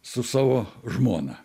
su savo žmona